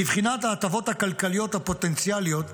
מבחינת ההטבות הכלכליות הפוטנציאליות,